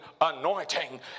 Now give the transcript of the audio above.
anointing